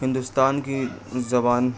ہندوستان کی زبان